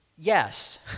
Yes